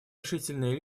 решительное